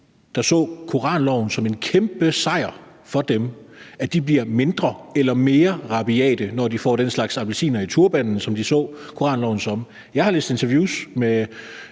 der så koranloven som en kæmpe sejr for dem, bliver mindre eller mere rabiate, når de får den slags appelsiner i turbanen, som de så koranloven som? Jeg har læst interviews med